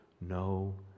no